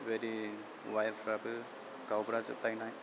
बेबायदि वायरफ्राबो गावब्राजोबलायनाय